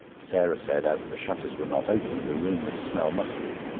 sarah said, as the shutters were not opened, the room would smell musty.